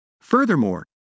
Furthermore